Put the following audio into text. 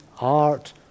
art